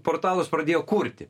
portalus pradėjo kurti